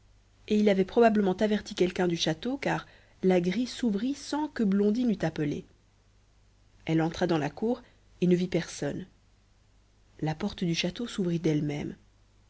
et il avait probablement averti quelqu'un du château car la grille s'ouvrit sans que blondine eût appelé elle entra dans la cour et ne vit personne la porte du château s'ouvrit d'elle-même